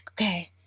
okay